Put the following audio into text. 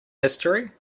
history